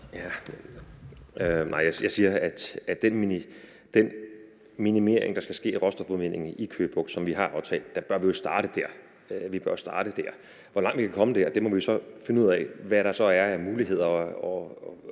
jeg siger, at den minimering, der skal ske af råstofindvindingen i Køge Bugt, som vi har aftalt, bør vi starte med. Vi bør man jo starte der. Hvor langt vi kan komme der, hvad der så er af muligheder,